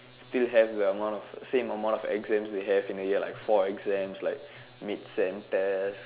still have the amount of same amount of the exams they have like in a year like four exams like mid-sem test